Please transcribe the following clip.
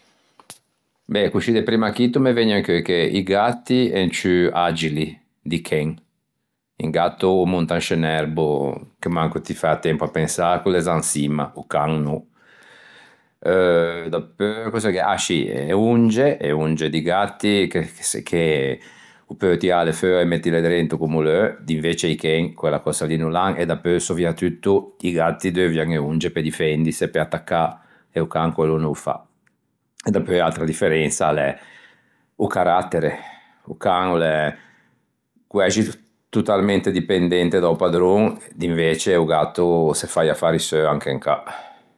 Ben, coscì de primmo acchitto me vëgne in cheu che i gatti én ciù agili di chen. O gatto o monta in sce un erbo che manco ti fæ a tempo à pensâ ch'o l'é za in çimma, o can no. Dapeu cöse gh'é ah scì e onge, e onge di gatti che o peu tiâle feua e mettile drento comme o l'eu, d'invece i chen quella cösa lì no l'an e dapeu soviatutto i gatti deuvian e onge pe difendise e pe attaccâ e o can quello o n'ô fa. Dapeu l'atra differensa a l'é o carattere. O can o l'é quæxi totalmente dipendente da-o padron d'invece o gatto o se fa i affari seu anche in cà.